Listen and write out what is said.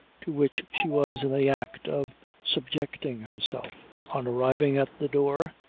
to which she was in the act of subjecting herself. on arriving at the door,